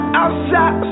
outside